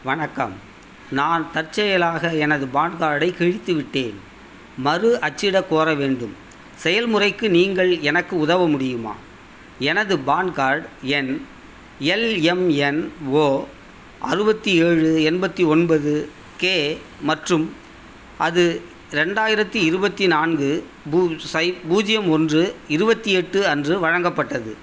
வணக்கம் நான் தற்செயலாக எனது பான் கார்டை கி ழித்துவிட்டேன் மறு அச்சிடக் கோர வேண்டும் செயல்முறைக்கு நீங்கள் எனக்கு உதவ முடியுமா எனது பான் கார்டு எண் எல்எம்என்ஓ அறுபத்தி ஏழு எண்பத்து ஒன்பது கே மற்றும் அது ரெண்டாயிரத்து இருபத்தி நான்கு பூ சை பூஜ்ஜியம் ஒன்று இருபத்தி எட்டு அன்று வழங்கப்பட்டது